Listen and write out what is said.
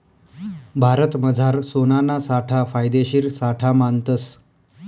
भारतमझार सोनाना साठा फायदेशीर साठा मानतस